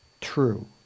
true